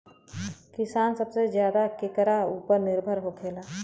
किसान सबसे ज्यादा केकरा ऊपर निर्भर होखेला?